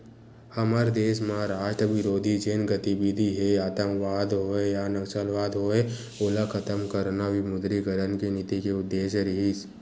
हमर देस म राष्ट्रबिरोधी जेन गतिबिधि हे आंतकवाद होय या नक्सलवाद होय ओला खतम करना विमुद्रीकरन के नीति के उद्देश्य रिहिस